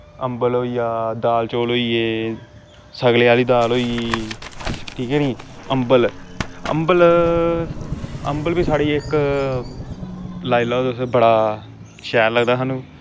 अम्बल होईया दाल चौल होइये सगले आह्ली दाल होई अम्बल अम्बल बी साढ़ी इक लाई लैओ तुस बड़ा शैल लगदा